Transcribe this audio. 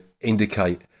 indicate